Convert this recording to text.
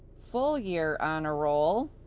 full year honor roll,